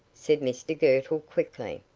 said mr girtle, quickly.